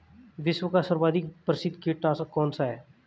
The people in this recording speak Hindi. विश्व का सर्वाधिक प्रसिद्ध कीटनाशक कौन सा है?